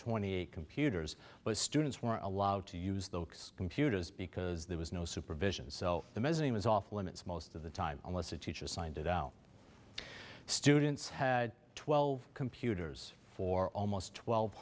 twenty eight computers but students were allowed to use those computers because there was no supervision so the mezzanine was off limits most of the time unless a teacher signed it out students had twelve computers for almost twelve